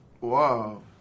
Wow